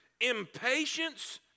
Impatience